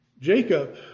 Jacob